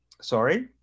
Sorry